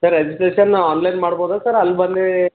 sir registration online ಮಾಡ್ಬೋದಾ sir ಅಲ್ಲಿ ಬಂದು